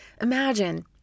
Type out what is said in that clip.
Imagine